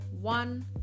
one